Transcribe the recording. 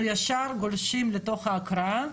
אנחנו ישר גולשים לתוך ההקראה.